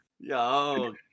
Yo